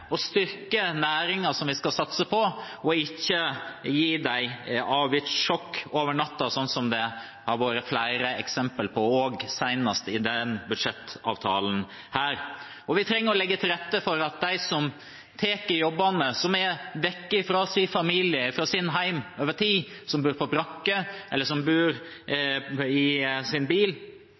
å styrke næringen som vi skal satse på – og ikke gi dem avgiftssjokk over natta, slik det har vært flere eksempler på, senest i denne budsjettavtalen. Og vi trenger å legge til rette for at de som tar disse jobbene, de som er borte fra sin familie og sitt hjem over tid, som bor på brakke eller i sin